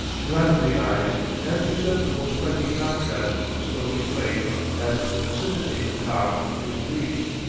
gladden the eyes and present a most striking contrast to the stony plain as the vicinity of kakh is reached,